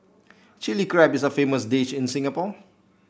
Chilli Crab is a famous dish in Singapore